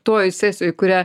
toj sesijoj kurią